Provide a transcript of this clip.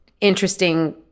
interesting